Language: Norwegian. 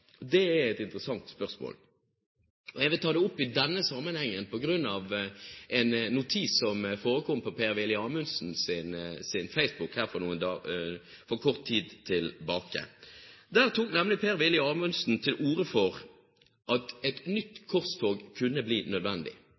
Det er et interessant spørsmål. Jeg vil ta det opp i denne sammenhengen på grunn av en notis som forekom på Per-Willy Amundsens Facebook-side for kort tid tilbake. Der tok nemlig Per-Willy Amundsen til orde for at et nytt korstog kunne bli nødvendig.